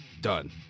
done